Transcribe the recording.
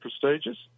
prestigious